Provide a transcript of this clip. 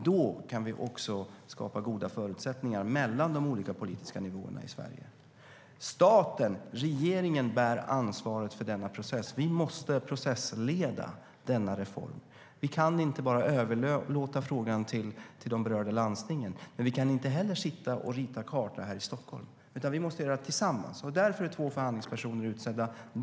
Då kan vi också skapa goda förutsättningar mellan de olika politiska nivåerna i Sverige. Staten och regeringen bär ansvaret för denna process. Vi måste processleda denna reform. Vi kan inte bara överlåta frågan till de berörda landstingen. Men vi kan inte heller sitta och rita kartan här i Stockholm, utan vi måste göra det tillsammans. Därför är två förhandlingspersoner utsedda.